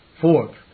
Fourth